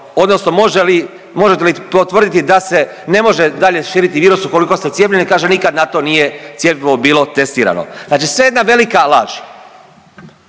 odnosno možete li potvrditi da se ne može dalje širiti virus ukoliko ste cijepljeni, kaže nikad na to nije cjepivo bilo testirano. Znači sve jedna velika laž.